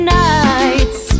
nights